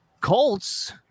Colts